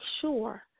sure